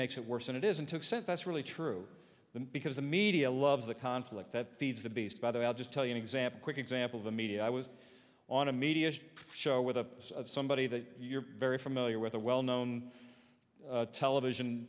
makes it worse and it isn't except that's really true because the media loves the conflict that feeds the beast by the way i'll just tell you an example quick example the media i was on a media show with a somebody that you're very familiar with a well known television